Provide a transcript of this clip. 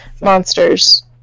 monsters